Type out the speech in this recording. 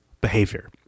behavior